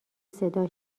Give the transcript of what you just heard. صدا